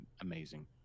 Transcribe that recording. amazing